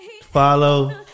Follow